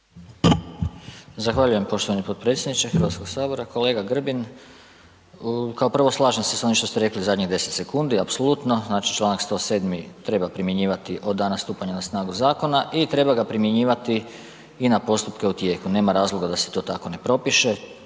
Zahvaljujem poštovani potpredsjedniče Hrvatskog sabora. Kolega Grbin, kao prvo slažem se s onim što ste rekli zadnjih 10 sekundi apsolutno, znači članak 107. treba primjenjivati od dana stupanja na snagu zakona i treba ga primjenjivati i na postupke u tijeku, nema razloga da se to tako ne propiše,